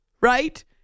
Right